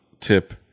tip